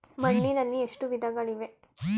ಮಣ್ಣಿನಲ್ಲಿ ಎಷ್ಟು ವಿಧಗಳಿವೆ?